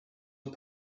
are